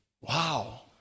wow